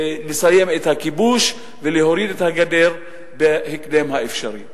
לסיים את הכיבוש, ולהוריד את הגדר בהקדם האפשרי.